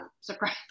surprise